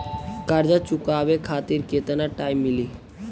कर्जा चुकावे खातिर केतना टाइम मिली?